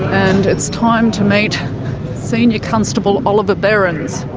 and it's time to meet senior constable oliver behrens.